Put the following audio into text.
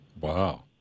Wow